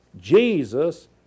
Jesus